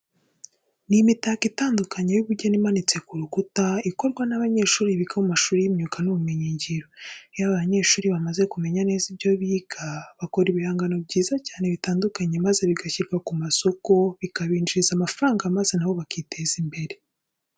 Ni imitako itandukanye y'ubugeni imanitse ku rukuta, ikorwa n'abanyeshuri biga mu mashuri y'imyuga n'ubumenyingiro. Iyo aba banyeshuri bamaze kumenya neza ibyo biga, bakora ibihangano byiza cyane bitandukanye maze bigashyirwa ku masoko bikabinjiriza amafaranga maze na bo bakiteza imbere.